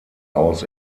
aus